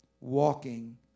walking